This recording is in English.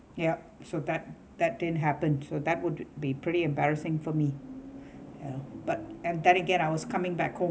yup so that that didn't happen so that would be pretty embarrassing for me you know but and then again I was coming back home